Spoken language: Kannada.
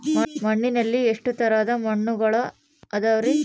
ಮಣ್ಣಿನಲ್ಲಿ ಎಷ್ಟು ತರದ ಮಣ್ಣುಗಳ ಅದವರಿ?